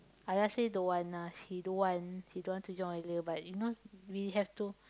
Alia say don't want ah she don't want she don't want to join earlier but you know we have to